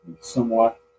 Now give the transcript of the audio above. somewhat